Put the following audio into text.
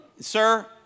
Sir